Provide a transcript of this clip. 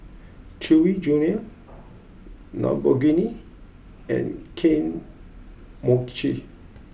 Chewy Junior Lamborghini and Kane Mochi